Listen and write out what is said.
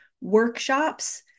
workshops